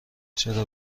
چرا